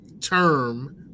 term